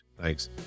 thanks